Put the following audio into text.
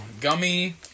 Gummy